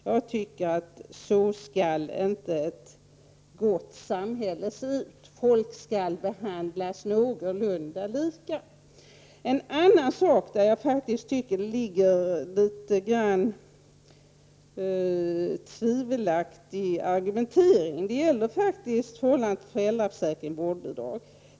Jag tycker inte att ett gott samhälle skall se ut på det sättet. Folk skall behandlas någorlunda lika. En annan fråga i vilken jag faktiskt tycker att det ligger litet av tvivelaktig argumentering är förhållandet mellan föräldraförsäkring och vårdbidrag.